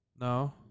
No